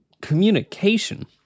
communication